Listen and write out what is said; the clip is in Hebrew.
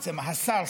בעצם השר,